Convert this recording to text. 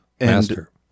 master